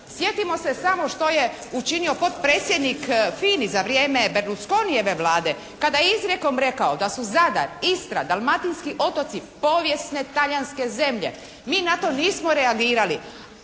Sjetimo se samo što je učinio potpredsjednik Fini za vrijeme Berlusconijeve Vlade, kada je izrekom rekao da su Zadar, Istra, Dalmatinski otoci povijesne talijanske zemlje. Mi na to nismo reagirali.